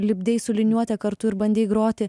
lipdei su liniuote kartu ir bandei groti